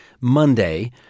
Monday